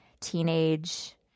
teenage